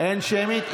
אין שמית.